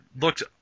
looked